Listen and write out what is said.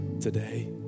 today